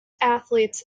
athletes